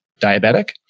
diabetic